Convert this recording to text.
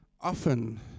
often